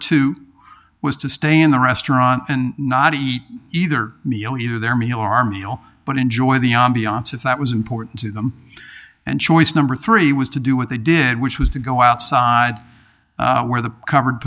two was to stay in the restaurant and not eat either meal you their meal our meal but enjoy the ambiance if that was important to them and choice number three was to do what they did which was to go outside where the covered